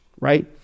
right